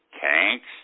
tanks